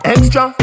Extra